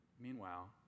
Meanwhile